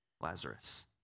Lazarus